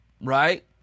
Right